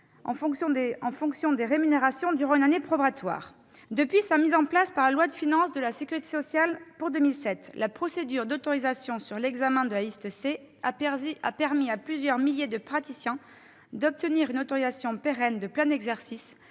des fonctions rémunérées durant une année probatoire. Depuis sa mise en place par la loi de financement de la sécurité sociale pour 2007, la procédure d'autorisation sur examen de la liste C a permis à plusieurs milliers de praticiens d'obtenir une autorisation pérenne de plein exercice,